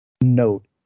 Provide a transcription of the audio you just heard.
note